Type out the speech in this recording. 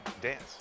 dance